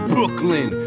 Brooklyn